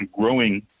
growing